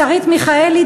שרית מיכאלי,